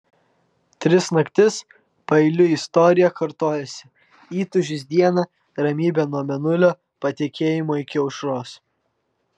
tris naktis paeiliui istorija kartojosi įtūžis dieną ramybė nuo mėnulio patekėjimo iki aušros